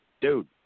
Dude